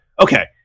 okay